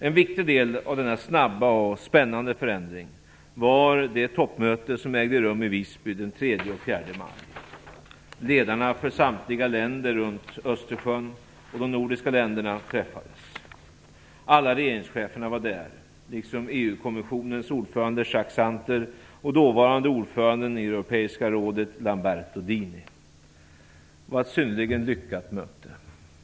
En viktig del av denna snabba och spännande förändring var det toppmöte som ägde rum i Visby den 3 och 4 maj. Ledarna för samtliga länder runt Östersjön och de nordiska länderna träffades. Alla regeringscheferna var där, liksom EU-kommissionens ordförande Det var ett synnerligen lyckat möte.